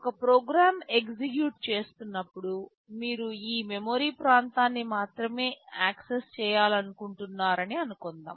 ఒక program execute చేస్తున్నప్పుడు మీరు ఈ మెమరీ ప్రాంతాన్ని మాత్రమే యాక్సెస్ చేయాలనుకుంటున్నారని అనుకొందాం